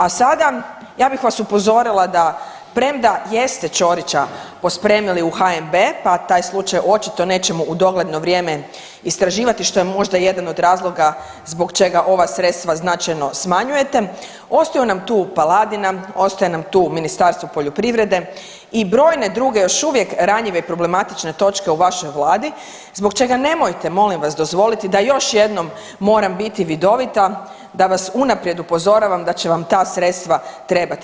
A sada ja bih vas upozorila da premda jeste Ćorića pospremili u HNB pa taj slučaj očito nećemo u dogledno vrijeme istraživati što je možda jedan od razloga zbog čega ova sredstva značajno smanjujete, ostaju nam tu Paladina, ostaje nam tu Ministarstvo poljoprivrede i brojne druge još uvijek ranjive i problematične točke u vašoj vladi zbog čega nemojte molim vas dozvoliti da još jednom moram biti vidovita, da vas unaprijed upozoravam da će vam ta sredstva trebati.